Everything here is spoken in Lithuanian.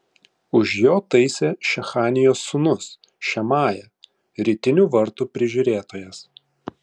už jo taisė šechanijos sūnus šemaja rytinių vartų prižiūrėtojas